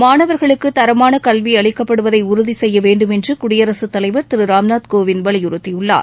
மாணவர்களுக்கு தரமான கல்வி அளிக்கப்படுவதை உறுதி செய்ய வேண்டும் என்று குடியரசுத் தலைவர் திரு ராம்நாத் கோவிந்த் வலியுறுத்தியுள்ளார்